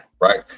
right